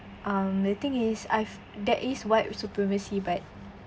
um the thing is I've there is white supremacy but